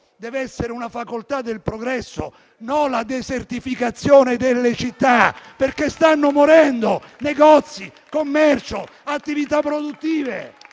deve essere una facoltà del progresso, non la desertificazione delle città, perché stanno morendo negozi, commercio, attività produttive.